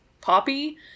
poppy